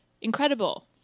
Incredible